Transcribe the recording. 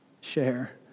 share